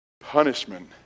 punishment